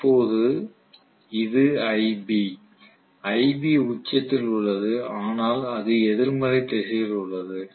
இப்போது இது iB iB உச்சத்தில் உள்ளது ஆனால் அது எதிர்மறை திசையில் உள்ளது